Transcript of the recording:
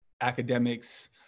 academics